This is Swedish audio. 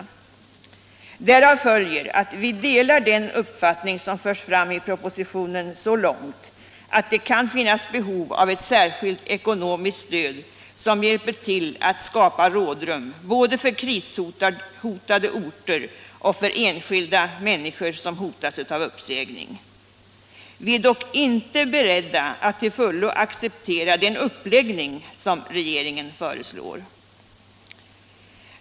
Därav följer att vi delar den uppfattning som förs fram i propositionen så långt att det kan finnas behov av ett särskilt ekonomiskt stöd som hjälper till att skapa rådrum både för krishotade orter och för enskilda människor som hotas av uppsägning. Vi är dock inte beredda att till fullo acceptera den uppläggning som regeringen föreslår.